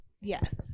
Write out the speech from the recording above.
yes